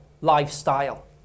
lifestyle